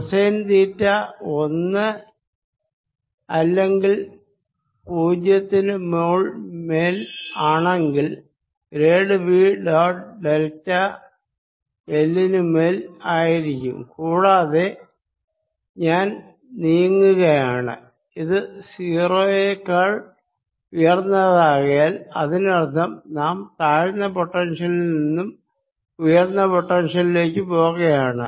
cosine theta ഒന്ന് അല്ലെങ്കിൽ 0 നു മേൽ ആണെങ്കിൽ grade V dot delta l 0 നു മേൽ ആയിരിക്കും കൂടാതെ ഞാൻ നീങ്ങുകയാണ് ഇത് 0 നേക്കാൾ ഉയർന്നതാകയാൽ അതിനർത്ഥം നാം താഴ്ന്ന പൊട്ടൻഷ്യലിൽ നിന്നും ഉയർന്ന പൊട്ടൻഷ്യലിലേക്ക് പോകയാണ്